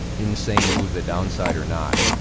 insane move, the downside or not.